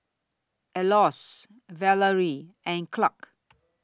Elois Valery and Clark